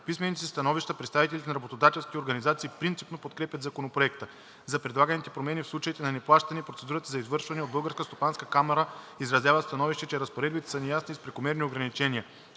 писмените си становища представителите на работодателски организации принципно подкрепят Законопроекта. За предлаганите промени в случаите на неплащане и процедурата за извършването ѝ от БСК изразяват становище, че разпоредбите са неясни и с прекомерни ограничения.